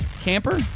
camper